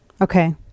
Okay